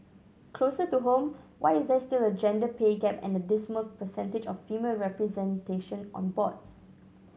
closer to home why is there still a gender pay gap and a dismal percentage of female representation on boards